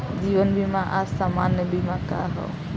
जीवन बीमा आ सामान्य बीमा का ह?